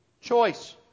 choice